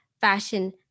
fashion